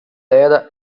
era